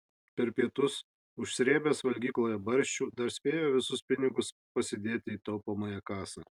per pietus užsrėbęs valgykloje barščių dar spėjo visus pinigus pasidėti į taupomąją kasą